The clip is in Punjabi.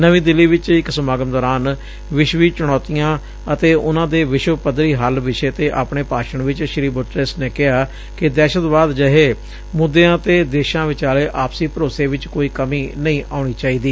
ਨਵੀਂ ਦਿੱਲੀ ਵਿਚ ਇਕ ਸਮਾਗਮ ਦੌਰਾਨ ਵਿਸ਼ਵੀ ਚੁਣੌਤੀਆਂ ਅਤੇ ਉਨੂਾਂ ਦੇ ਵਿਸ਼ਵ ਪੱਧਰੀ ਹੱਲ ਵਿਸ਼ੇ ਤੇ ਆਪਣੇ ਭਾਸ਼ਣ ਵਿਚ ਸ੍ਰੀ ਬੁਟਰੇਸ ਨੇ ਕਿਹਾ ਕਿ ਦਹਿਸ਼ਤਵਾਦ ਜਹੇ ਮੁੱਦਿਆਂ ਤੇ ਦੇਸਾਂ ਵਿਚਾਲੇ ਆਪਸੀ ਭਰੋਸੇ ਚ ਕੋਈ ਕਮੀ ਨਹੀਂ ਆਉਣੀ ਚਾਹੀਦੀ